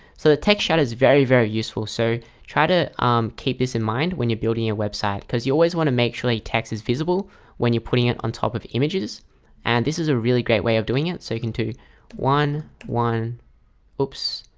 so the text shot is very very useful so try to um keep this in mind when you're building your website because you always want to make sure the text is visible when you're putting it on top of images and this is a really great way of doing it so you can do one one oops,